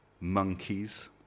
monkeys